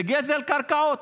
לגזל קרקעות.